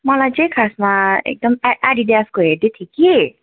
मलाई चाहिँ खासमा एकदम ए एडिडासको हेर्दै थिएँ कि